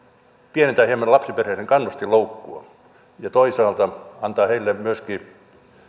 pienentää lapsiperheiden kannustinloukkua ja toisaalta myöskin antaa heille